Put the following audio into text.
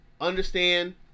understand